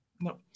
no